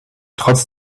trotz